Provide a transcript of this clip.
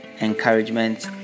encouragement